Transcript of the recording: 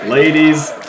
Ladies